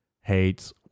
hates